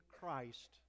Christ